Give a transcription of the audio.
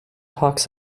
talks